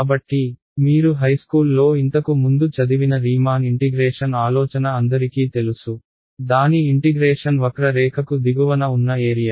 కాబట్టి మీరు హైస్కూల్లో ఇంతకు ముందు చదివిన రీమాన్ ఇంటిగ్రేషన్ ఆలోచన అందరికీ తెలుసు దాని ఇంటిగ్రేషన్ వక్ర రేఖకు దిగువన ఉన్న ఏరియా